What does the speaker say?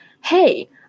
Hey